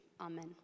Amen